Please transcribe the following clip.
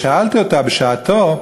שאלתי אותה בשעתה,